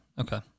okay